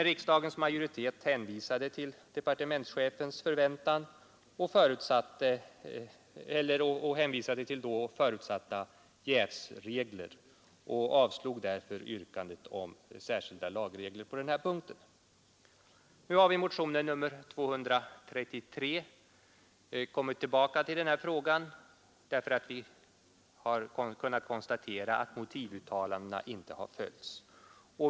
Riksdagens majoritet hänvisade emellertid till departementschefens förväntan och till förutsatta jävsregler och avslog därför yrkandet om särskilda lagregler på den punkten. Nu har vi i år i motionen 233 kommit tillbaka till frågan därför att vi har kunnat konstatera att motivuttalandena inte har följts.